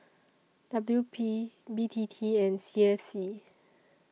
W P B T T and C S C